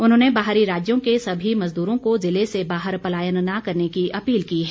उन्होंने बाहरी राज्यों के सभी मजदूरों को ज़िले से बाहर पलायन न करने की अपील की है